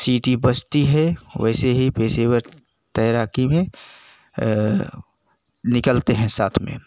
सीटी बजती है वैसे ही पेशेवर तैराकी में निकलते हैं साथ में